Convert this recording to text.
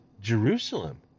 Jerusalem